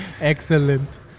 excellent